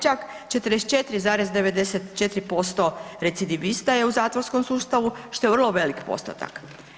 Čak 44,94% recidivista je u zatvorskom sustavu što je vrlo velik postotak.